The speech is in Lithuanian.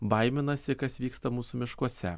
baiminasi kas vyksta mūsų miškuose